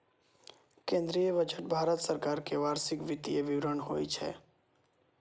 केंद्रीय बजट भारत सरकार के वार्षिक वित्तीय विवरण होइ छै